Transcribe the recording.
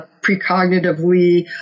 precognitively